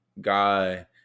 guy